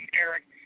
Eric